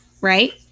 right